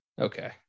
Okay